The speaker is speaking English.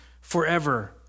forever